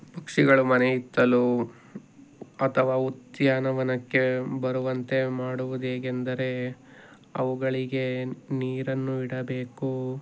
ಪಕ್ಷಿಗಳು ಮನೆ ಹಿತ್ತಲು ಅಥವಾ ಉದ್ಯಾನವನಕ್ಕೆ ಬರುವಂತೆ ಮಾಡುವುದು ಹೇಗೆಂದರೆ ಅವುಗಳಿಗೆ ನೀರನ್ನು ಇಡಬೇಕು